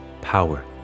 power